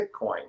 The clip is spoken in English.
Bitcoin